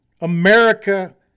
America